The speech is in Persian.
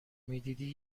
میدیدی